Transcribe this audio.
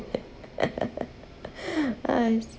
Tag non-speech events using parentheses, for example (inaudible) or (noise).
(laughs) !hais!